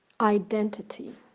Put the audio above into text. identity